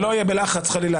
שלא יהיה בלחץ חלילה.